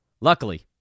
Luckily